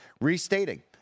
restating